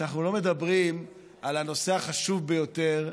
שאנחנו לא מדברים על הנושא החשוב ביותר,